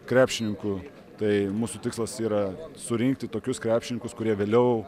krepšininku tai mūsų tikslas yra surinkti tokius krepšininkus kurie vėliau